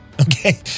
Okay